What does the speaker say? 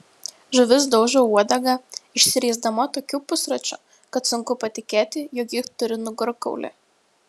žuvis daužo uodega išsiriesdama tokiu pusračiu kad sunku patikėti jog ji turi nugarkaulį